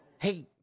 Hey